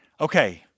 okay